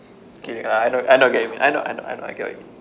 okay I I know I get what you mean I know I know I get what you mean